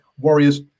Warriors